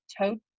Toad